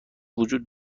وجود